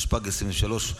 התשפ"ג 2023,